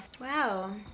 Wow